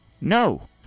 No